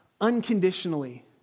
unconditionally